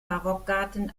barockgarten